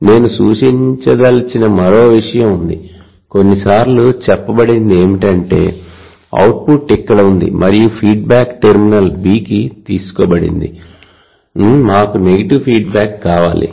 నేను సూచించదలిచిన మరో విషయం ఉంది కొన్నిసార్లు చెప్పబడింది ఏమిటంటే అవుట్పుట్ ఇక్కడ ఉంది మరియు ఫీడ్బ్యాక్ టెర్మినల్ B కి తీసుకోబడింది మాకు నెగటివ్ ఫీడ్బ్యాక్ కావాలి